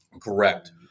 Correct